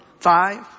Five